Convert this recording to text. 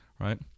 right